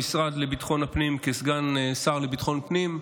למשרד לביטחון הפנים כסגן שר לביטחון פנים,